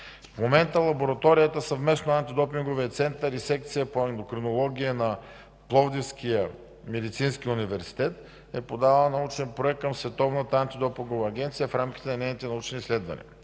В момента лабораторията съвместно с Антидопинговия център и Секция по ендокринология на Пловдивския медицински университет е подала научен проект към Световната антидопингова агенция в рамките на нейните научни изследвания.